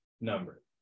number